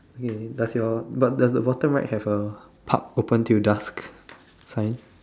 okay does your but does the bottom right have a park open to dusk sign